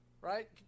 right